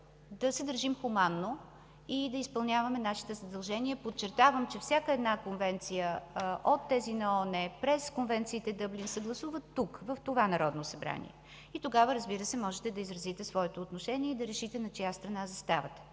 да се държим хуманно и да изпълняваме нашите задължения. (Реплики от „Атака”.) Подчертавам, че всяка една конвенция от тези на ООН, през конвенциите Дъблин се гласуват тук, в това Народно събрание, и тогава, разбира се, може да изразите своето отношение и да решите на чия страна заставате.